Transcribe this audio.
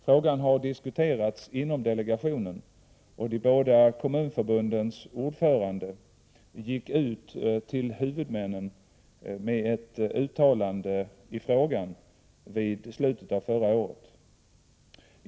Frågan har diskuterats inom delegationen, och de båda kommunförbundens ordförande gick ut till huvudmännen med ett uttalande i frågan i slutet av förra året.